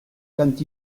quand